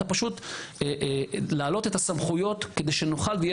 אלא פשוט להעלות את הסמכויות כדי שנוכל ושיהיו